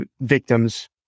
victims